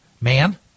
man